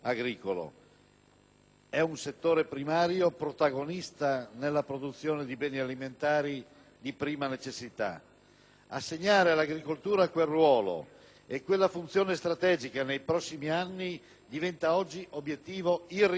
un settore primario, protagonista nella produzione di beni alimentari di prima necessità. Assegnare all'agricoltura quel ruolo e quella funzione strategica nei prossimi anni diventa oggi obiettivo irrinunciabile.